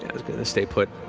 and it's going to stay put.